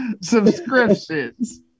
subscriptions